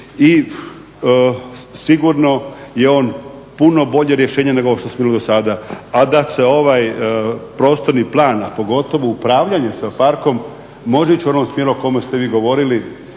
i sigurno je on puno bolje rješenje nego ovo što smo imali do sada, a da se ovaj prostorni plan a pogotovo upravljanje sa parkom može ići u onom smjeru o kome ste vi govorili,